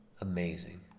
Amazing